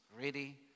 ready